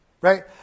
right